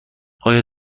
آیا